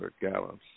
gallons